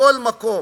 בכל מקום,